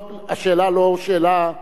השאלה היא